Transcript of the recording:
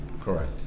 Correct